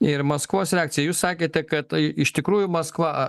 ir maskvos reakcija jūs sakėte kad iš tikrųjų maskva